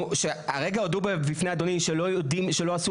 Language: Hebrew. כשהרגע הודו בפני אדוני כשעוד לא עשו